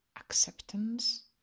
acceptance